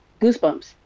Goosebumps